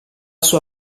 sua